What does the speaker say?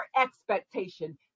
expectation